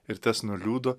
ir tas nuliūdo